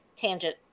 tangent